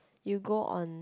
you go on